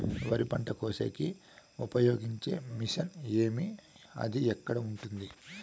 వరి పంట కోసేకి ఉపయోగించే మిషన్ ఏమి అది ఎక్కడ ఉంది?